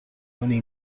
oni